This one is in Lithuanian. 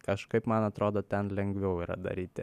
kažkaip man atrodo ten lengviau yra daryti